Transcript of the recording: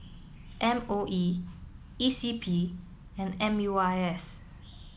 M O E E C P and M U I S